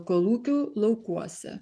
kolūkių laukuose